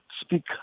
speak